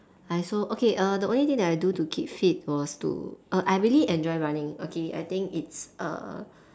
I also okay err the only thing that I do to keep fit was to err I really enjoy running okay I think it's err